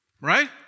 Right